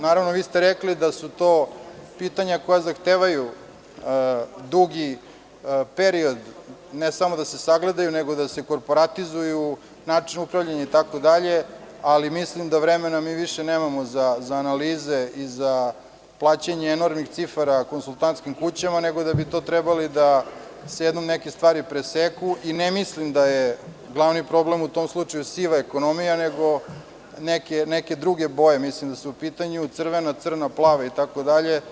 Naravno, vi ste rekli da su to pitanja koja zahtevaju dugi period, ne samo da se sagledaju, nego da se korporatizuju, način upravljanja itd, ali mislim da vremena mi više nemamo za analize i za plaćanje enormnih cifara konsultantskim kućama, nego da bi trebalo jednom neke stvari da se preseku i ne mislim da je glavni problem u tom slučaju siva ekonomija, nego neke druge boje mislim da su u pitanju, crvena, crna, plava itd.